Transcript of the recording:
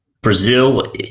Brazil